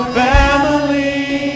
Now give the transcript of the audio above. family